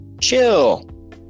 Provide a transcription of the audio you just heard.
chill